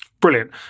Brilliant